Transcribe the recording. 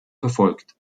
verfolgt